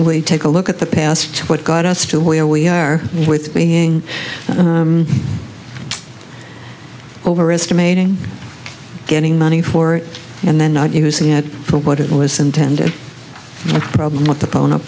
we take a look at the past what got us to where we are with being overestimating getting money for it and then not using it for what it was intended for a problem with the phone up